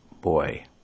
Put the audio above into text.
boy